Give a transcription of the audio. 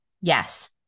Yes